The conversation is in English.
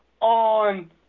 on